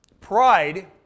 pride